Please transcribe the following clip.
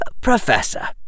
Professor